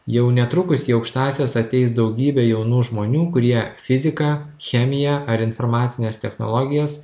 jau netrukus į aukštąsias ateis daugybė jaunų žmonių kurie fiziką chemiją ar informacines technologijas